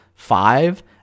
five